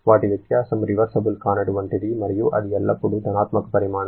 వాటి వ్యత్యాసం రివర్సిబుల్ కానటువంటిది మరియు అది ఎల్లప్పుడూ ధనాత్మక పరిమాణం